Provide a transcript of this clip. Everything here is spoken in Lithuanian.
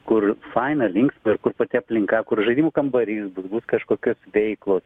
kur faina linksma ir kur pati aplinka kur žaidimų kambarys bus bus kažkokios veiklos